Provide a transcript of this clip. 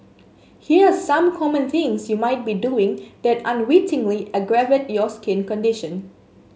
here are some common things you might be doing that unwittingly aggravate your skin condition